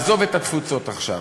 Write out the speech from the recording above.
עזוב את התפוצות עכשיו.